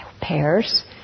pears